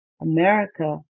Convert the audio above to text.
America